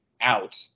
out